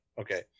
Okay